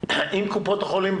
עם קופות החולים,